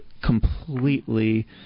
Completely